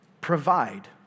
provide